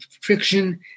friction